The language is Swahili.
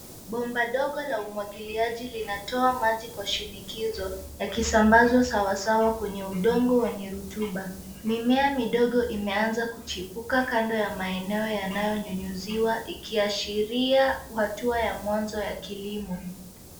Bomba dogo la umwagiliaji linatoa maji kwa shinikizo yakisambazwa sawa sawa kwenye udongo wenye rutuba. Mimea midogo imeanza kuchipuka kando ya maeneo yanayonyunyuziwa ikiashiria hatua ya mwanzo ya kilimo.